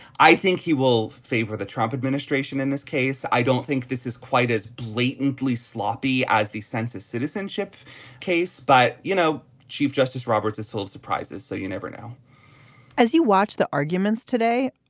i think he will favor the trump ministrations in this case. i don't think this is quite as blatantly sloppy as the census citizenship case. but you know chief justice roberts is full of surprises so you never know as you watch the arguments today.